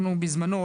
בזמנו,